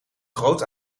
groot